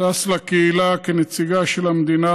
טס לקהילה כנציגה של המדינה